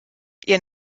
ihr